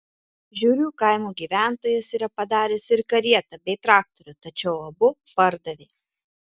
žiurių kaimo gyventojas yra padaręs ir karietą bei traktorių tačiau abu pardavė